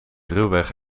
ruwweg